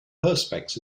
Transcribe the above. perspex